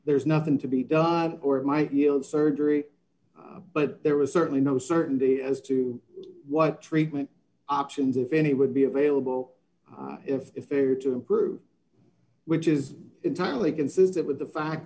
there's nothing to be done or it might yield surgery but there was certainly no certainty as to what treatment options if any would be available if they are to improve which is entirely consistent with the fact